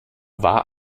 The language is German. war